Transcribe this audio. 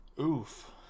Oof